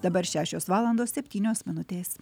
dabar šešios valandos septynios minutės